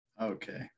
Okay